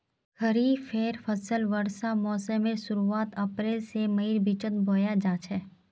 खरिफेर फसल वर्षा मोसमेर शुरुआत अप्रैल से मईर बिचोत बोया जाछे